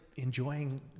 Enjoying